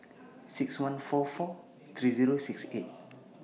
six one four four three Zero six eight